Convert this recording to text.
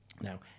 Now